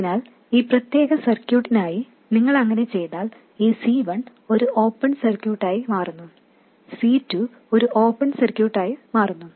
അതിനാൽ ഈ പ്രത്യേക സർക്യൂട്ടിനായി നിങ്ങൾ അങ്ങനെ ചെയ്താൽ ഈ C1 ഒരു ഓപ്പൺ സർക്യൂട്ടായി മാറുന്നു C2 ഒരു ഓപ്പൺ സർക്യൂട്ടായി മാറുന്നു